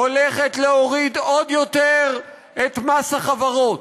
הולכת להוריד עוד יותר את מס החברות.